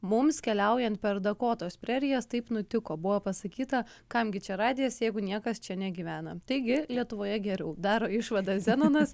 mums keliaujant per dakotos prerijas taip nutiko buvo pasakyta kam gi čia radijas jeigu niekas čia negyvena taigi lietuvoje geriau daro išvadas zenonas